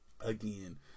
again